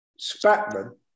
Spatman